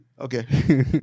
Okay